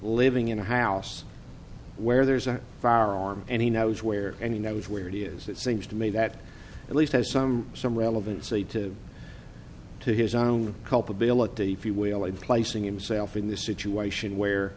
living in a house where there's a firearm and he knows where and he knows where he is it seems to me that at least has some some relevancy to to his own culpability if you will and placing himself in this situation where